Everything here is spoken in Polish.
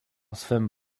swem